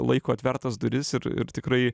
laiko atvertas duris ir ir tikrai